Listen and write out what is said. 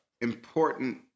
important